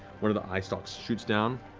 one of the eyestalks shoots down